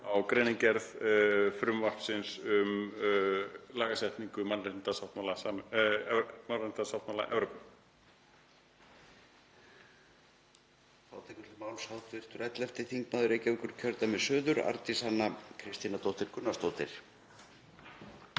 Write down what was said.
á greinargerð frumvarpsins um lagasetningu mannréttindasáttmála Evrópu.